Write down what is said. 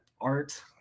art